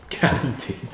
Guaranteed